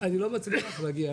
אני לא מצליח להגיע.